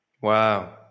Wow